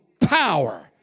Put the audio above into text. power